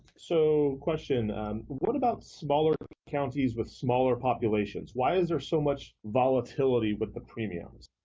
so question what about smaller counties with smaller populations, why is there so much volatility with the premiums?